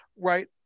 right